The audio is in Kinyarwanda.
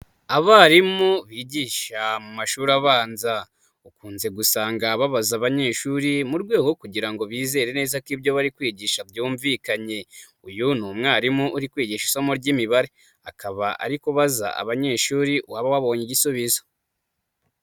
Abarimu bigisha mu mashuri abanza, ukunze gusanga babaza abanyeshuri, mu rwego rwo kugira ngo bizere neza ko ibyo bari kwigisha byumvikanye, uyu ni umwarimu uri kwigisha isomo ry'imibare, akaba ari kubaza abanyeshuri, uwaba wabonye igisubizo.